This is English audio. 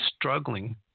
struggling